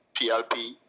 PLP